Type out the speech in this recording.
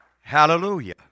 Hallelujah